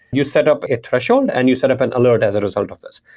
you set up a threshold and you set up an alert as a result of this.